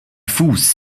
fuß